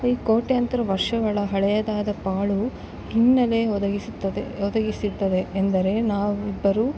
ಈ ಕೋಟ್ಯಾಂತರ ವರ್ಷಗಳ ಹಳೆಯದಾದ ಪಾಳು ಹಿನ್ನಲೆ ಒದಗಿಸುತ್ತದೆ ಒದಗಿಸುತ್ತದೆ ಎಂದರೆ ನಾವಿಬ್ಬರು